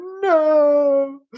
No